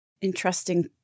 Interesting